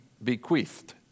bequeathed